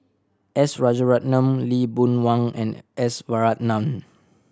S Rajaratnam Lee Boon Wang and S Varathan